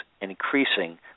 increasing